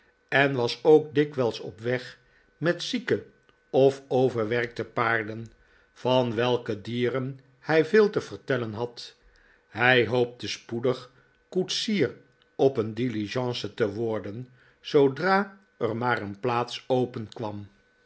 en was ook dikwijls op weg met zieke of overwerkte paarden van welke dieren hij veel te vertellen had hij hcopte spoedig koetsier op een diligence te worden zoodra er imaar een plaats